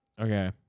Okay